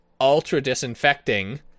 ultra-disinfecting